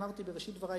אמרתי בראשית דברי,